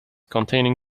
containing